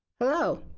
hello,